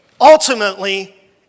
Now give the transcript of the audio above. ultimately